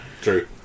true